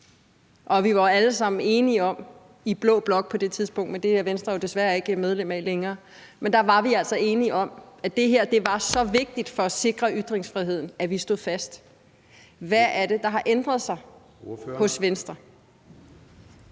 og vi var alle sammen i blå blok – men den er Venstre jo desværre ikke medlem af længere – på det tidspunkt enige om, at det her var så vigtigt for at sikre ytringsfriheden, at vi stod fast. Hvad er det, der har ændret sig hos Venstre?